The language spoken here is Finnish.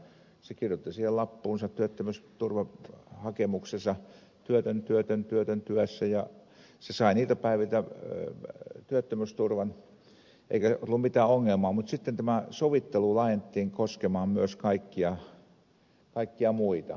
hän kirjoitti siihen lappuun siihen työttömyysturvahakemukseen työtön työtön työtön työssä ja hän sai niiltä päiviltä työttömyysturvan eikä ollut mitään ongelmaa mutta sitten tämä sovittelu laajennettiin koskemaan myös kaikkia muita